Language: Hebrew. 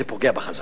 זה פוגע בחזק.